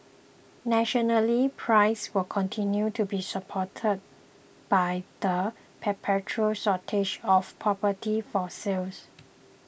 nationally prices will continue to be supported by the perpetual shortage of property for sale